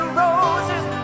roses